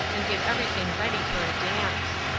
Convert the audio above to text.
and get everything ready for a dance.